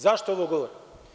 Zašto ovo govorim?